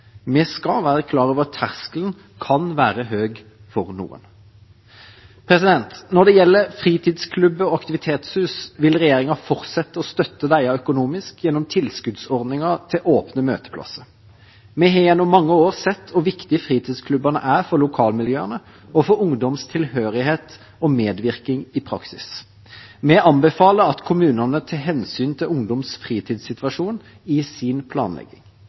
Vi skal være klar over at terskelen kan være høy for noen. Når det gjelder fritidsklubber og aktivitetshus, vil regjeringa fortsette å støtte det økonomisk gjennom tilskuddsordninger til åpne møteplasser. Vi har gjennom mange år sett hvor viktig fritidsklubbene er for lokalmiljøene og for ungdoms tilhørighet og medvirkning i praksis. Vi anbefaler at kommunene tar hensyn til ungdoms fritidssituasjon i sin planlegging.